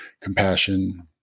compassion